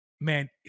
Man